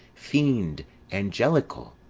fiend angelical!